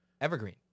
Evergreen